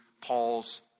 Paul's